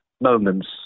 moments